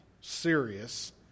serious